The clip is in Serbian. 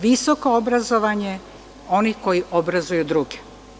Visoko obrazovanje onih koji obrazuju druge.